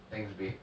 thanks babe